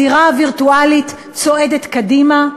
הזירה הווירטואלית צועדת קדימה,